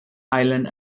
island